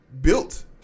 built